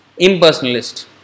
impersonalist